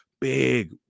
Big